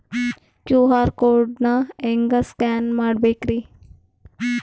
QR code ನಾ ಹೆಂಗ scan ಮಾಡಬೇಕ್ರಿ?